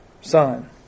son